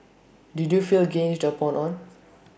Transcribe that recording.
did you feel ganged up on